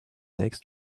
next